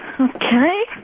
Okay